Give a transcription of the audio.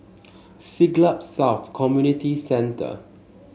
Siglap South Community Centre